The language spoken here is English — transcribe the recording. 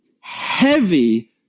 heavy